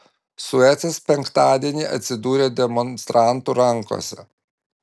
suecas penktadienį atsidūrė demonstrantų rankose